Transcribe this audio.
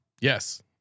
yes